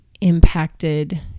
impacted